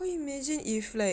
kau imagine if like